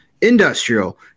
industrial